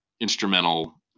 instrumental